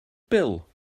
bil